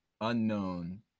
unknown